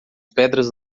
pedras